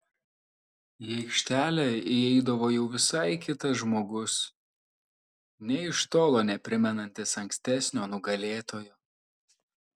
į aikštelę įeidavo jau visai kitas žmogus nė iš tolo neprimenantis ankstesnio nugalėtojo